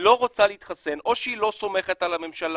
לא רוצה להתחסן או שהוא לא סומך על הממשלה,